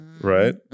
Right